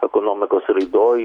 ekonomikos raidoj